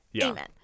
Amen